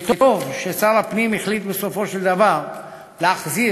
וטוב ששר הפנים החליט בסופו של דבר להחזיר